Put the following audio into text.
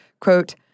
Quote